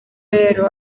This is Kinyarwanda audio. rero